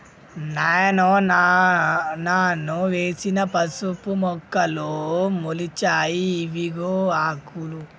నాయనో నాను వేసిన పసుపు మొక్కలు మొలిచాయి ఇవిగో ఆకులు